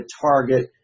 target